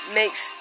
makes